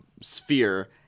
sphere